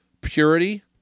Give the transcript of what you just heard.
purity